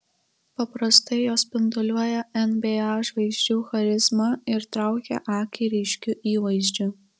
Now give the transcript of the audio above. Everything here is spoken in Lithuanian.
paprastai jos spinduliuoja nba žvaigždžių charizma ir traukia akį ryškiu įvaizdžiu